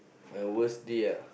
my worst day ah